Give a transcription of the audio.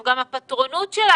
גם הפטרונות של: